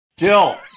Jill